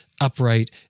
upright